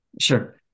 Sure